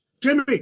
Jimmy